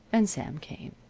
and sam came,